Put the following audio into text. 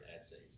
essays